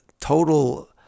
total